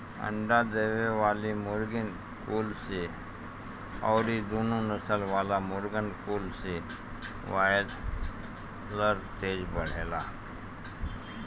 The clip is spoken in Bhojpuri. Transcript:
अंडा देवे वाली मुर्गीन कुल से अउरी दुनु नसल वाला मुर्गिन कुल से बायलर तेज बढ़ेला